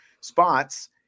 spots